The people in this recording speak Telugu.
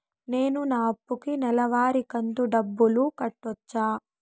నేను నా అప్పుకి నెలవారి కంతు డబ్బులు కట్టొచ్చా?